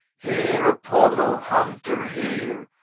hear, apollo, hunter, hear,